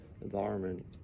environment